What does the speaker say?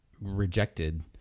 rejected